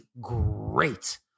great